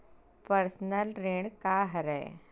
Personal ऋण का हरय?